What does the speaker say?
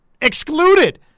excluded